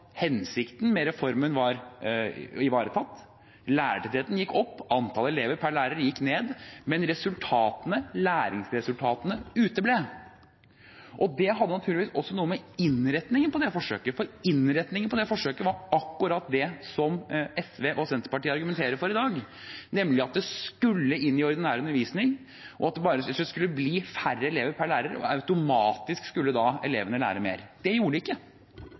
hensikten med reformen var ivaretatt. Lærertettheten gikk opp, antall elever per lærer gikk ned, men læringsresultatene uteble. Det hadde naturligvis også noe med innretningen på forsøket å gjøre. Innretningen på forsøket var akkurat det som SV og Senterpartiet argumenterer for i dag, nemlig at det skulle inn i ordinær undervisning, og hvis det skulle bli færre elever per lærer, skulle elevene automatisk lære mer. Det gjorde de ikke. Da er det ganske spesielt ikke